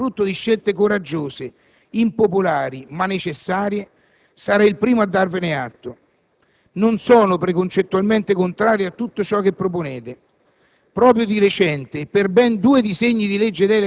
Se questi indici altamente negativi fossero il frutto di scelte coraggiose, impopolari ma necessarie, sarei il primo a darvene atto. Non sono preconcettualmente contrario a tutto ciò che proponete.